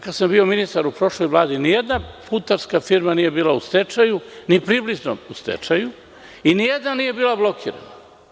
Kada sam ja bio ministar u prošloj Vladi, nijedna putarska firma nije bila u stečaju, ni približno u stečaju i nijedna nije bila blokirana.